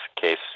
case